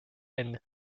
and